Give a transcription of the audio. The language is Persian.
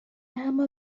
اما